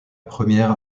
première